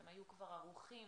הם היו כבר ערוכים